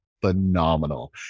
phenomenal